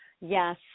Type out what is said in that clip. yes